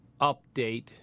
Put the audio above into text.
update